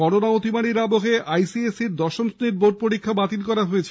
corona অতিমারীর আবহে ICSE র দশম শ্রেণীর বোর্ড পরীক্ষা বাতিল করা হয়েছে